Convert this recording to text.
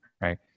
Right